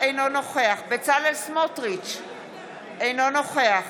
אינו נוכח בצלאל סמוטריץ' אינו נוכח